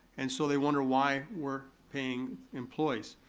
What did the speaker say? and so they wonder why we're paying employees.